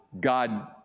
God